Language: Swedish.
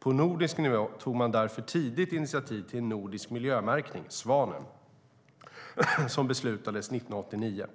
På nordisk nivå tog man därför tidigt initiativ till en nordisk miljömärkning, Svanen, som beslutades 1989.